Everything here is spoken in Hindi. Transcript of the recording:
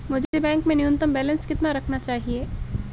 मुझे बैंक में न्यूनतम बैलेंस कितना रखना चाहिए?